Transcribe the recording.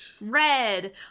Red